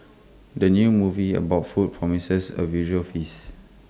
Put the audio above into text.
the new movie about food promises A visual feast